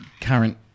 current